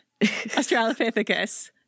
Australopithecus